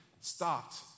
stopped